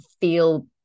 feel